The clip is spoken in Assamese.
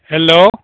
হেল্ল'